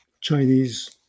Chinese